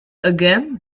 again